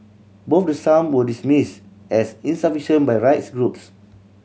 both the sum were dismissed as insufficient by rights groups